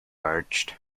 urged